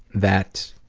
that